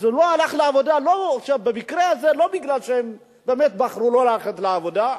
אז הוא לא הלך לעבודה במקרה הזה לא מפני שהוא באמת בחר שלא ללכת לעבודה,